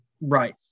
right